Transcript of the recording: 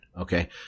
Okay